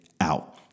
out